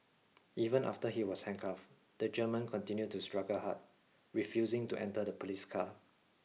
even after he was handcuffed the German continued to struggle hard refusing to enter the police car